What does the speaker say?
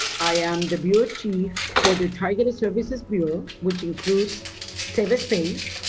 i am the bureau chief for the targeted services bureau, which includes safespace.